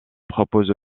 propose